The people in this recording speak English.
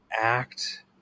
act